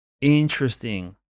Interesting